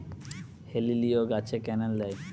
হেলিলিও গাছে ক্যানেল দেয়?